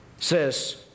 says